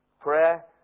Prayer